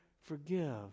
forgive